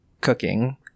cooking